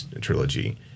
trilogy